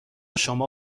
شما